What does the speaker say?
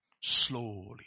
Slowly